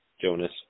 Jonas